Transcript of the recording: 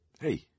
Hey